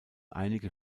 einige